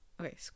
Okay